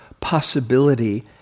possibility